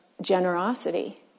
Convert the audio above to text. generosity